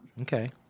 Okay